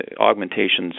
augmentations